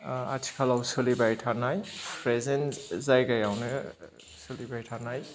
ओ आथिखालाव सोलिबाय थानाय प्रेसेन्ट जायगायावनो सोलिबाय थानाय